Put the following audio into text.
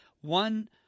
one –